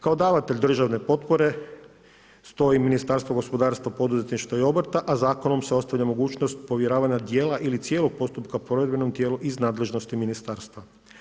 Kao davatelj državne potpore stoji u Ministarstvu gospodarstva, poduzetništva i obrta a zakonom se ostavlja mogućnost povjeravanja djela ili cijelog postupka provedbenom tijelu iz nadležnosti ministarstva.